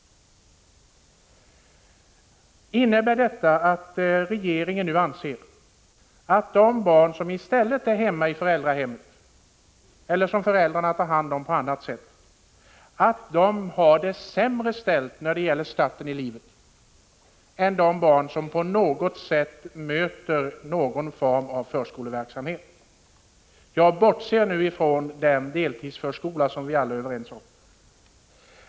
Innebär det att regeringen anser att de barn som i stället är hemma i föräldrahemmet eller som föräldrarna tar hand om på annat sätt får en sämre start i livet än de barn som möter någon form av förskoleverksamhet? Jag bortser nu från deltidsförskolan, som vi alla är överens om.